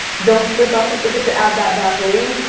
don't slip up and forget to add that vaseline.